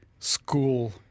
School